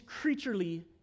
creaturely